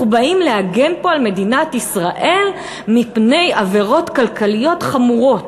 אנחנו באים להגן פה על מדינת ישראל מפני עבירות כלכליות חמורות.